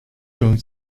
going